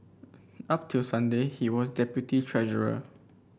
up till Sunday he was deputy treasurer